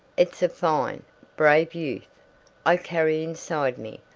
it's a fine, brave youth i carry inside me,